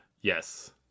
Yes